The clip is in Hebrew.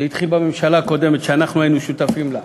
זה התחיל בממשלה הקודמת, שאנחנו היינו שותפים לה.